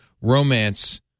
romance